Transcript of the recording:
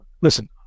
Listen